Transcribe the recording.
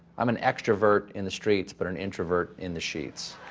i'm an extrovert in the streets but an introvert in the sheets.